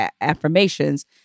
affirmations